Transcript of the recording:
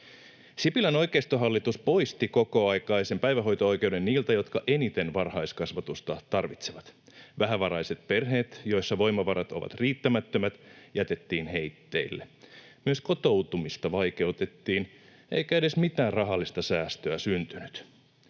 Sipilän oikeistohallitus poisti kokoaikaisen päivähoito-oikeuden niiltä, jotka eniten varhaiskasvatusta tarvitsivat. Vähävaraiset perheet, joissa voimavarat ovat riittämättömät, jätettiin heitteille. Myös kotoutumista vaikeutettiin, eikä edes mitään rahallista säästöä syntynyt.